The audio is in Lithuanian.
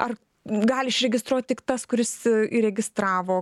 ar gali išregistruot tik tas kuris įregistravo